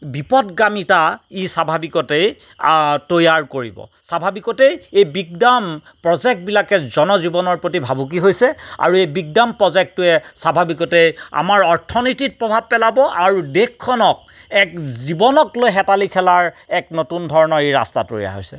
বিপদগামীতা ই এক স্বাভাৱিকতে তৈয়াৰ কৰিব স্বাভাৱিকতে এই বিগ ডাম প্ৰজেক্টবিলাকে জনজীৱনৰ প্ৰতি ভাবুকি হৈছে আৰু এই বিগডাম প্ৰজেক্টটোৱে স্বাভাৱিকতে আমাৰ অৰ্থনীতিত প্ৰভাৱ পেলাব আৰু দেশখনক এক জীৱনক লৈ হেতালি খেলাৰ এক নতুন ধৰণৰ ই ৰাস্তা তৈয়াৰ হৈছে